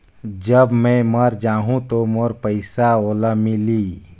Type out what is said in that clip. जब मै मर जाहूं तो मोर पइसा ओला मिली?